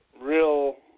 real